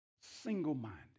single-minded